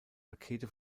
rakete